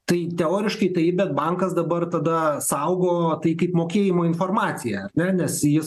tai teoriškai taip bet bankas dabar tada saugo tai kaip mokėjimo informaciją ar ne nes jis